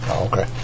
Okay